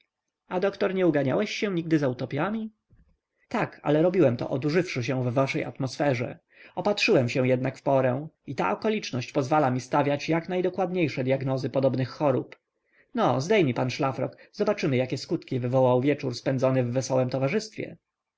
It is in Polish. a doktor nie uganiałeś się nigdy za utopiami tak ale robiłem to odurzywszy się w waszej atmosferze opatrzyłem się jednak w porę i ta okoliczność pozwala mi stawiać jak najdokładniejsze dyagnozy podobnych chorób no zdejmij pan szlafrok zobaczymy jakie skutki wywołał wieczór spędzony w wesołem towarzystwie